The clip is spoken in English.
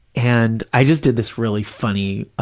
and i just did this really funny,